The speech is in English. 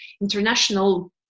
international